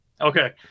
Okay